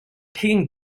taking